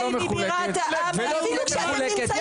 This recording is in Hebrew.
יוסף, היא לא מחולקת ולא תהיה מחולקת.